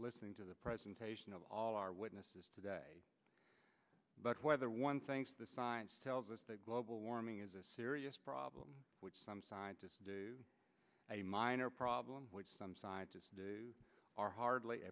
listening to the presentation of all our witnesses today but whether one thinks the science tells us that global warming is a serious problem which some scientists a minor problem which some scientists are hardly